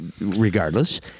regardless